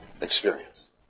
experience